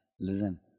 listen